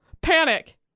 Panic